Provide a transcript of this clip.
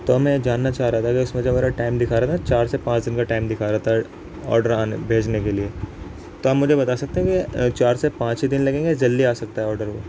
تو میں جاننا چاہ رہا تھا کہ اس میں جو میرا ٹائم دکھا رہا تھا نا چار سے پانچ دن کا ٹائم دکھا رہا تھا آڈر آنے بھیجنے کے لیے تو آپ مجھے بتا سکتے ہیں کہ چار سے پانچ ہی دن لگیں گے یا جلدی آ سکتا ہے آڈر وہ